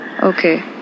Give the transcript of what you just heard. Okay